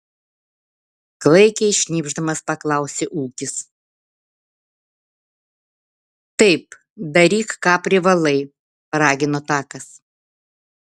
klaikiai šnypšdamas paklausė ūkis taip daryk ką privalai paragino takas